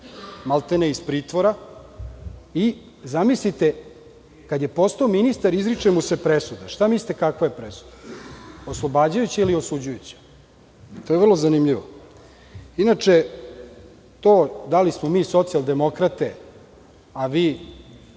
maltene iz pritvora i zamislite kada je postao ministar izriče mu se presuda. Šta mislite, kakva je presuda? Oslobađajuća ili osuđujuća? To je vrlo zanimljivo. Inače, to da li smo mi socijaldemokrate a vi